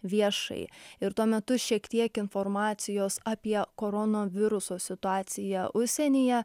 viešai ir tuo metu šiek tiek informacijos apie koronaviruso situaciją užsienyje